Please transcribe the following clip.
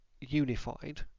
unified